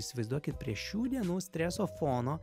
įsivaizduokit prie šių dienų streso fono